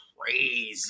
Crazy